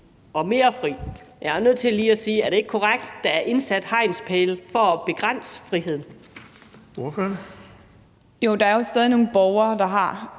og mere fri. Jeg er nødt til lige at sige: Er det ikke korrekt, at der er indsat hegnspæle for at begrænse friheden? Kl. 15:52 Den fg. formand (Erling